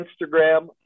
Instagram